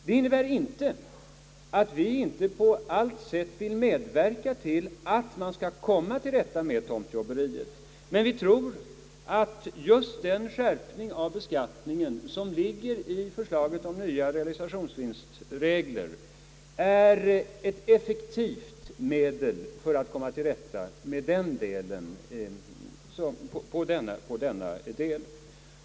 Detta innebär inte att vi inte på allt sätt vill medverka till att man skall komma till rätta med tomtjobberiet, men vi tror att just den skärpning av beskattningen som ligger i förslaget om nya realisationsvinstregler är ett effektivt medel att klara detta problem.